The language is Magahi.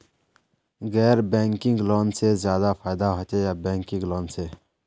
गैर बैंकिंग लोन से ज्यादा फायदा होचे या बैंकिंग लोन से?